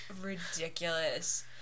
ridiculous